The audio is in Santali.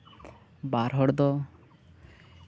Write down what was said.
ᱵᱟᱨ ᱦᱚᱲᱫᱚ